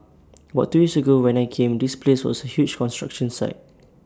about two years ago when I came this place was A huge construction site